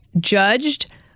judged